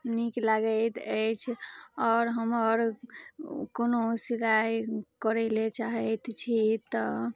नीक लागैत अइछ और हमर कोनो शिकाय करै ला चाहैत छी तऽ